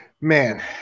Man